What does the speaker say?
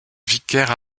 vicaire